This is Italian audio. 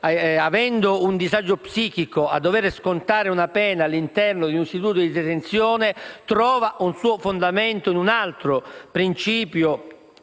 avendo un disagio psichico, a dover scontare una pena all'interno di un istituto di detenzione, trova un suo fondamento in un altro principio